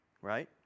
Right